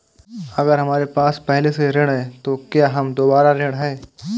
अगर हमारे पास पहले से ऋण है तो क्या हम दोबारा ऋण हैं?